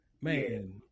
man